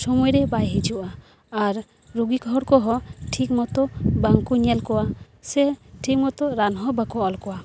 ᱥᱳᱢᱳᱭ ᱨᱮ ᱵᱟᱭ ᱦᱤᱡᱩᱜᱼᱟ ᱟᱨ ᱨᱩᱜᱤ ᱦᱚᱲ ᱠᱚᱦᱚᱸ ᱴᱷᱤᱠ ᱢᱚᱛᱚ ᱵᱟᱝ ᱠᱚ ᱧᱮᱞ ᱠᱚᱣᱟ ᱥᱮ ᱴᱷᱤᱠ ᱢᱚᱛᱚ ᱨᱟᱱ ᱦᱚᱸ ᱵᱟᱝ ᱠᱚ ᱚᱞ ᱟᱠᱚᱣᱟ